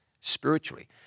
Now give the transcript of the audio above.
spiritually